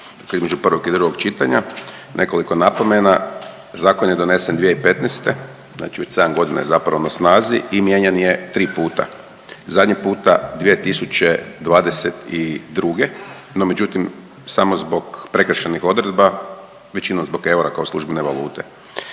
između prvog i drugog čitanja, nekoliko napomena. Zakon je donesen 2015., znači već 7 godina je zapravo na snazi i mijenjan je tri puta. Zadnji puta 2022. no međutim, samo zbog prekršajnih odredba većinom zbog eura kao službene valute.